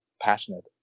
passionate